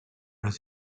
does